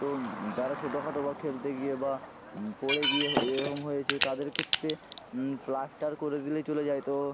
তো যারা ছোটো খাটো বা খেলতে গিয়ে বা পড়ে গিয়ে এরকম হয়েছে তাদের ক্ষেত্রে প্লাস্টার করে দিলেই চলে যায় তো